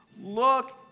Look